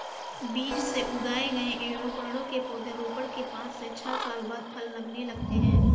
बीज से उगाए गए एवोकैडो के पौधे रोपण के पांच से छह साल बाद फलने लगते हैं